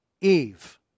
Eve